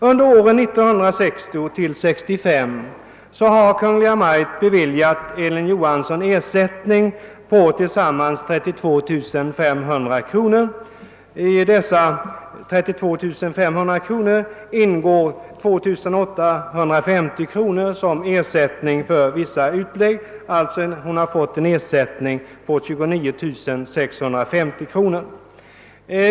Under åren 1960—19635 har Kungl. Maj:t beviljat Elin Johansson ersättningar på tillsammans 32 500 kr. I dessa 32 500 kr. ingår 2 850 kr. som ersätining för vissa utlägg, varför hennes egen ersättning uppgår till 29650 kr.